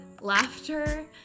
laughter